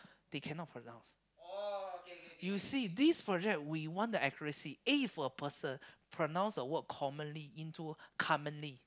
they cannot pronounce you see this project we want the accuracy if a person pronounce a word commonly into commonly